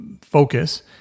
focus